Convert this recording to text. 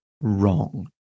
wrong